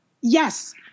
Yes